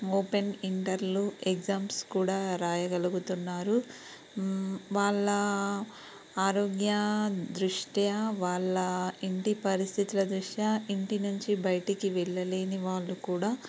open ఇంటర్లో exams కూడా రాయగలుగుతున్నారు వాళ్ళ ఆరోగ్యా దృష్ట్యా వాళ్ళ ఇంటి పరిస్థితుల దృష్ట్యా ఇంటి నుంచి బయటికి వెళ్ళలేని వాళ్ళు కూడా